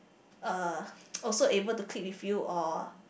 uh also able to click with you or